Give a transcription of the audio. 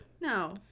No